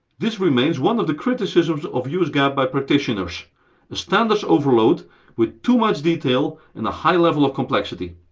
this remains one of the criticisms of us gaap by practitioners a standards overload with too much detail and a high level of complexity.